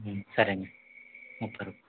సరే అండి ముప్పై రూపాయిలు